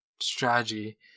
strategy